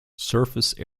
surface